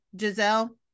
Giselle